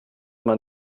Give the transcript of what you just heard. man